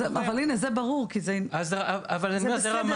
טוב, זה ברור ------ זה מאוד מאוד פרטני.